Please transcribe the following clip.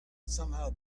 somehow